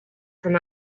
from